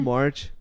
March